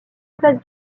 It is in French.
place